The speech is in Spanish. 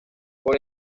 por